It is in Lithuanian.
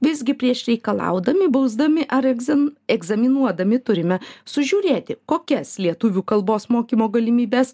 visgi prieš reikalaudami bausdami ar egzan egzaminuodami turime sužiūrėti kokias lietuvių kalbos mokymo galimybes